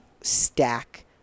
stack